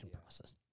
process